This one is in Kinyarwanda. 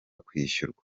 kwishyurwa